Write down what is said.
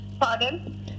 Pardon